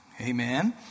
Amen